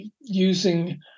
using